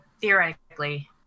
theoretically